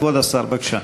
כבוד השר, בבקשה.